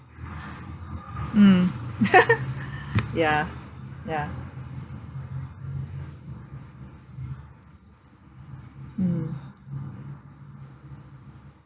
mm ya ya mm